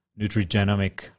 nutrigenomic